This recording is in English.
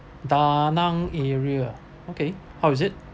da nang area ah okay how is it